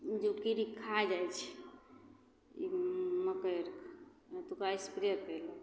ओ जे कीड़ी खा जाइ छै मकइ तऽ ओकरा एस्प्रे कएलक